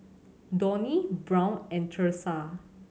Donnie Brown and Thursa